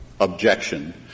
objection